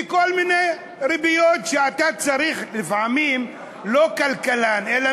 וכל מיני ריביות שאתה צריך לפעמים לא כלכלן אלא